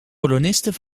kolonisten